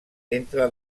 entre